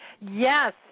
Yes